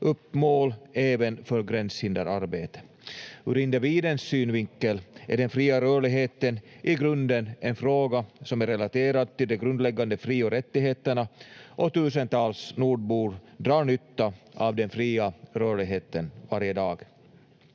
upp mål även för gränshinderarbete. Ur individens synvinkel är den fria rörligheten i grunden en fråga som är relaterad till de grundläggande fri- och rättigheterna, och tusentals nordbor drar nytta av den fria rörligheten varje dag.